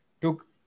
took